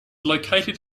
located